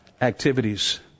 activities